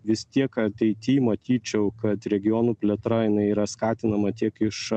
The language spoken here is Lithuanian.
vis tiek ateity matyčiau kad regionų plėtra jinai yra skatinama tiek iš a